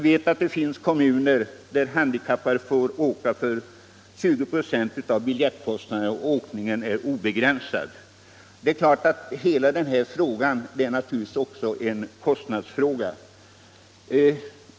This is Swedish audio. Det finns kommuner där handikappade får åka obegränsat för 20 "0 av biljettkostnaden. Denna fråga är naturligtvis också en kostnadsfråga.